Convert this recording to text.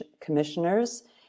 commissioners